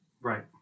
Right